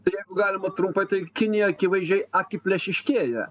tai jeigu galima trumpai tai kinija akivaizdžiai akiplėšiškėja